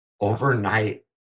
overnight